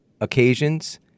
occasions